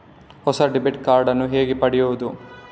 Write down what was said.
ಹೊಸ debit card ನ್ನು ಹೇಗೆ ಪಡೆಯುದು?